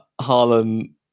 Harlan